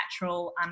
natural